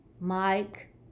Mike